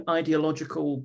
ideological